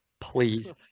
please